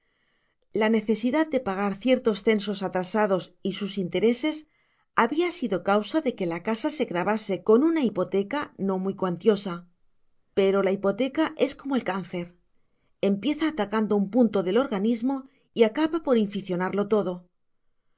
la necesidad de pagar ciertos censos atrasados y sus intereses había sido causa de que la casa se gravase con una hipoteca no muy cuantiosa pero la hipoteca es como el cáncer empieza atacando un punto del organismo y acaba por inficionarlo todo